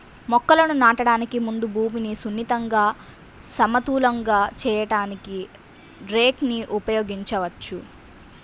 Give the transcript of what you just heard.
మొక్కలను నాటడానికి ముందు భూమిని సున్నితంగా, సమతలంగా చేయడానికి రేక్ ని ఉపయోగించవచ్చు